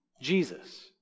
Jesus